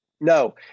No